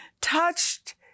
touched